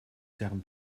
сайхан